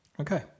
Okay